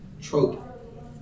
trope